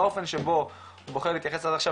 האופן שבו הוא בוחר להתייחס עד עכשיו,